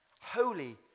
holy